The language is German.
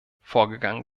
vorgegangen